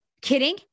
kidding